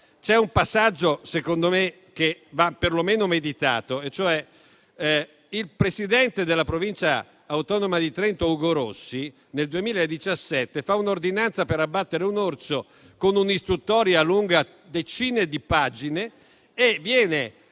C'è un passaggio che, secondo me, va perlomeno meditato: il presidente della Provincia autonoma di Trento, Ugo Rossi, nel 2017 fece un'ordinanza per abbattere un orso con un'istruttoria lunga decine di pagine e venne